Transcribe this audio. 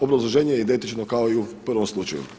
Obrazloženje je identično kao i u prvom slučaju.